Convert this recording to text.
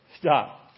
Stop